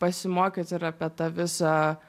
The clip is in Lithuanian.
pasimokyt ir apie tą visą